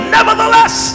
Nevertheless